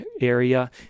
area